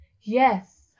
Yes